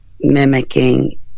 mimicking